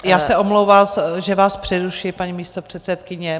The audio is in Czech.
Já se omlouvám, že vás přeruším, paní místopředsedkyně.